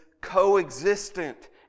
coexistent